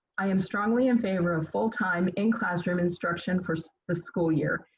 i am strongly in favor of full time in classroom instruction for so the school year.